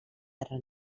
terra